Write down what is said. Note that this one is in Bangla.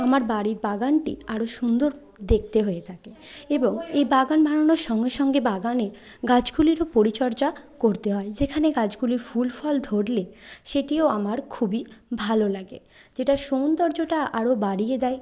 আমার বাড়ির বাগানটি আরো সুন্দর দেখতে হয়ে থাকে এবং এই বাগান বানানোর সঙ্গে সঙ্গে বাগানের গাছগুলিরও পরিচর্যা করতে হয় যেখানে গাছগুলি ফুল ফল ধরলে সেটিও আমার খুবই ভালো লাগে যেটা সৌন্দর্যটা আরও বাড়িয়ে দেয়